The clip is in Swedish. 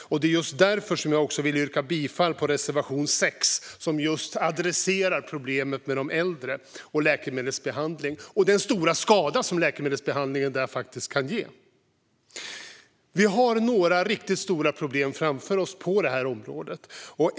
Jag vill därför yrka bifall till reservation 6, som adresserar problemet med de äldre och läkemedelsbehandling och den stora skada som den kan orsaka. Vi har några riktigt stora problem framför oss på detta område.